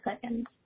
seconds